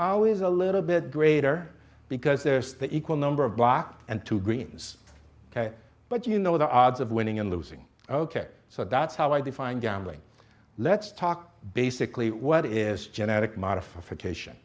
always a little bit greater because there's the equal number of blocks and two greens ok but you know the odds of winning and losing ok so that's how i define gambling let's talk basically what is genetic modification